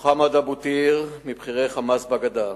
מוחמד אבו טיר, מבכירי "חמאס" בגדה,